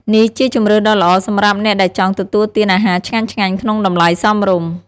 នេះជាជម្រើសដ៏ល្អសម្រាប់អ្នកដែលចង់ទទួលទានអាហារឆ្ងាញ់ៗក្នុងតម្លៃសមរម្យ។